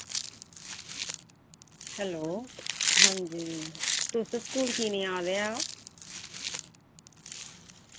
hello आं जी तुस स्कूल कीऽ निं आवा दे ओ